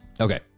Okay